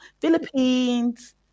Philippines